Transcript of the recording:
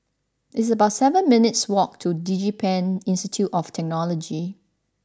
it's about seven minutes' walk to DigiPen Institute of Technology